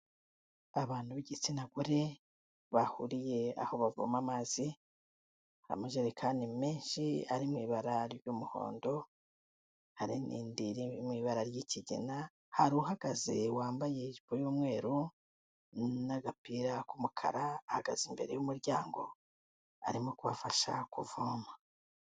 Abantu b'igitsina gore bahuriye aho bavoma amazi, amajerekani menshi ari mu ibara ry'umuhondo, hari n'indi iri mu ibara ry'ikigina, hari uhagaze wambaye ijipo y'umweru n'agapira k'umukara, ahagaze imbere y'umuryango arimo kubafasha kuvoma.